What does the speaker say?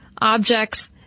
objects